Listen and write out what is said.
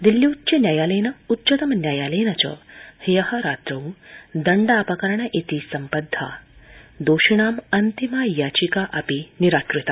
दिल्ल्युच्च न्यायालयेन उच्चतम न्यायालयेन च ह्य रात्रौ दण्डापाकरण् इति सम्बद्धा दोषिणाम् अन्तिम याचिका अपि निराकृता